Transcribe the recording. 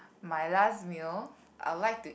my last meal I like to